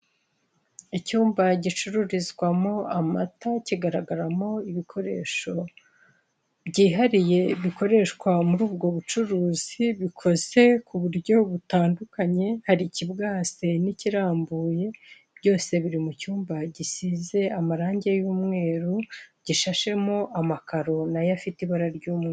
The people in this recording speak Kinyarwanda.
Icyumba gicururizwamo amata kigaragaramo ibikoresho byihariye bikoreshwa muri ubwo bucuruzi bikoze ku buryo butandukanye. Hari ikibwase n'ikirambuye, byose biri mu cyumba gisize amarange y'umweru, gishashemo amakaro nayo afite ibara ry'umweru.